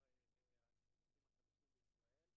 זה נשים מברית המועצות לשעבר,